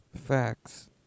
Facts